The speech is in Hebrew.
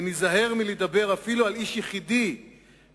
וניזהר מלדבר אפילו על איש יחידי,